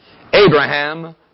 Abraham